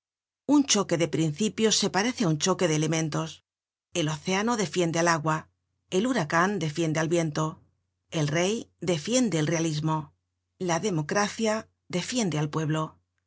un choque de principios se parece á un choque de elementos el océano defiende al agua el huracan defiende al viento el rey defiende el realismo la democracia defiende al pueblo